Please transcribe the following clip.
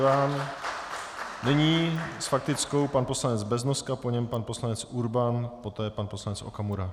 Nyní s faktickou pan poslanec Beznoska, po něm pan poslanec Urban, poté pan poslanec Okamura.